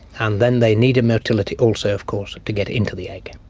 and then they need a motility also of course to get into the egg.